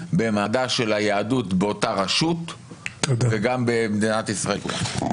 במעמדה של היהדות באותה רשות וגם במדינת ישראל כולה.